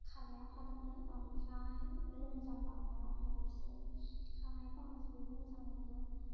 खारनायाव हादोंमोन ओमफ्राय लं जाम बारनायाव हायाखिसै खारनायखौ आं जोबोद मोजां मोनो